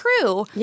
true